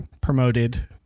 promoted